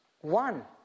One